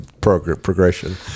progression